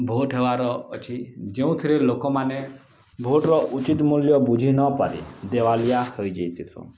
vote ହେବାର ଅଛି ଯୋଉଁଥିରେ ଲୋକମାନେ ଭୋଟ୍ର ଉଚିତ୍ ମୂଲ୍ୟ ବୁଝିନପାରି ଦେବାଳିଆ